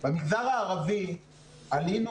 במגזר הערבי עלינו